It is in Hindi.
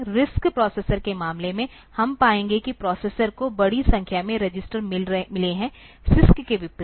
RISC प्रोसेसर के मामले में हम पाएंगे कि प्रोसेसर को बड़ी संख्या में रजिस्टर मिले हैं CISC के विपरीत